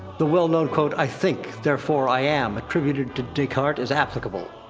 the well-known quote, i think, therefore i am, attributed to descartes, is applicable.